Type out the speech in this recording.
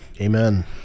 Amen